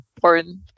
porn